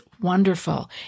wonderful